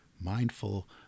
Mindful